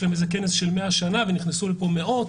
להם איזשהו כנס של 100 שנה ונכנסו לפה מאות